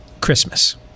Christmas